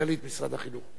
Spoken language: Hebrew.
מנכ"לית משרד החינוך.